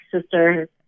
sister